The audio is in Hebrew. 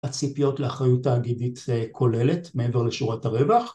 הציפיות לאחריות תאגידית כוללת מעבר לשורת הרווח